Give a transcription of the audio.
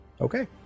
Okay